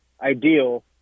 ideal